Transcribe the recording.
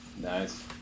Nice